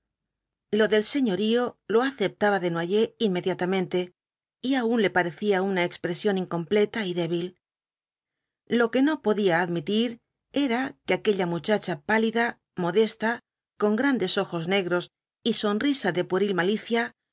lo del señorío lo aceptaba desnoyers inmediatamente y aun le parecía una expresión incompleta y débil lo que no podía admitir era que aquella muchacha pálida modesta con grandes ojos negros y sonrisa de pueril malicia